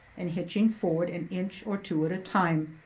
and hitching forward an inch or two at a time,